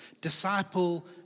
disciple